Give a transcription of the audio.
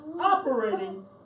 operating